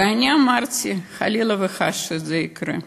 ואני אמרתי: חלילה וחס שזה יקרה,